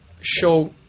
show